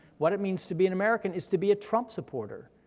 what it means to be an american is to be a trump supporter,